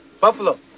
Buffalo